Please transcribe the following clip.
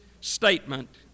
statement